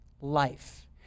life